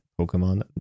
Pokemon